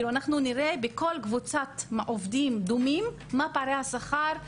ואנחנו נראה בכל קבוצת עובדים דומים מה פערי השכר.